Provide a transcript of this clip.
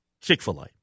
Chick-fil-A